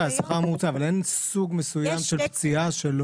שכר ממוצע אבל אין סוג מסוים של פציעה.